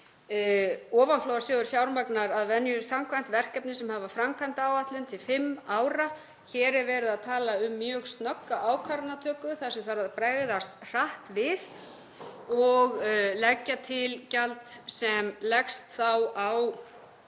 Ofanflóðasjóður fjármagnar venju samkvæmt verkefni sem hafa framkvæmdaáætlun til fimm ára. Hér er verið að tala um mjög snögga ákvarðanatöku þar sem þarf að bregðast hratt við og leggja til gjald sem leggst á